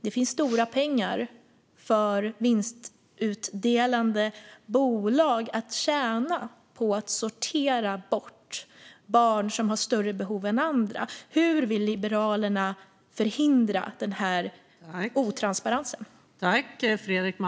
För vinstutdelande bolag finns det stora pengar att tjäna på att sortera bort barn som har större behov än andra. Hur vill Liberalerna förhindra denna brist på transparens?